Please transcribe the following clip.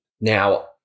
Now